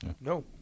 no